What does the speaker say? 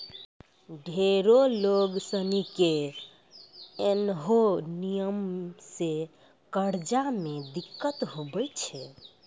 ढेरो लोग सनी के ऐन्हो नियम से कर्जा मे दिक्कत हुवै छै